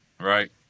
right